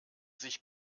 sich